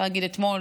אפשר להגיד אתמול,